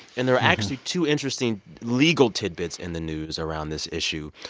and there are actually two interesting legal tidbits in the news around this issue.